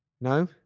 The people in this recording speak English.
no